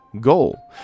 goal